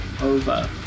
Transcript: over